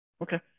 Okay